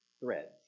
threads